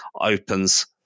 opens